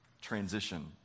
transition